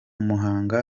muhanga